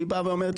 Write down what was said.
היא באה ואומרת,